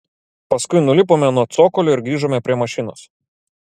paskui nulipome nuo cokolio ir grįžome prie mašinos